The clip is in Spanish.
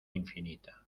infinita